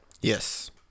Yes